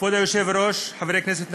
כבוד היושב-ראש, חברי כנסת נכבדים,